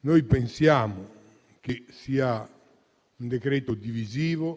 noi pensiamo che sia una misura divisiva